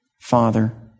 father